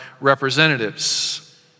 representatives